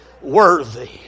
worthy